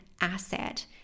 asset